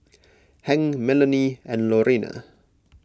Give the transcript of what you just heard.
Hank Melonie and Lorena